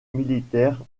militaire